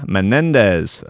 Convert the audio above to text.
Menendez